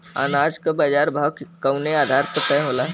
अनाज क बाजार भाव कवने आधार पर तय होला?